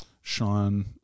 Sean